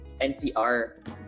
NCR